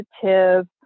positive